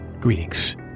Greetings